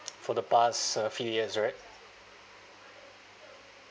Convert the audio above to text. for the past uh few years right